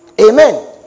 Amen